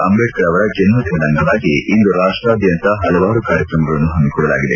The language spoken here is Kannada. ಅಂಬೇಡ್ಕರ್ ಅವರ ಜನ್ಮ ದಿನದ ಅಂಗವಾಗಿ ಇಂದು ರಾಷ್ಪದಾದ್ವಂತ ಹಲವಾರು ಕಾರ್ಯಕ್ರಮಗಳನ್ನು ಹಮ್ಮಿಕೊಳ್ಳಲಾಗಿದೆ